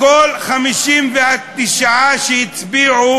לכל ה-59 שהצביעו